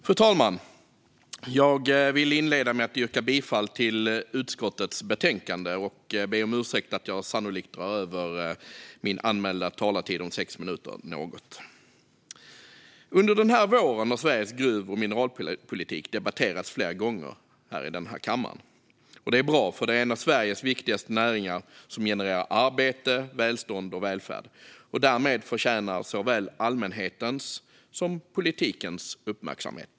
Fru talman! Jag vill inleda med att yrka bifall till utskottets förslag och be om ursäkt för att jag sannolikt drar över min anmälda talartid något. Under den här våren har Sveriges gruv och mineralpolitik debatterats flera gånger här i kammaren. Det är bra, för det är en av Sveriges viktigaste näringar som genererar arbete, välstånd och välfärd och därmed förtjänar såväl allmänhetens som politikens uppmärksamhet.